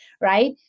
right